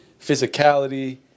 physicality